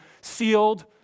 sealed